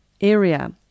area